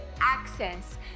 access